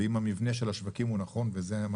ואם המבנה של השווקים הוא נכון וזה מה